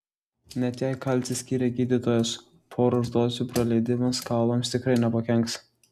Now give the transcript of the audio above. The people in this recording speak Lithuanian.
net jei kalcį skyrė gydytojas poros dozių praleidimas kaulams tikrai nepakenks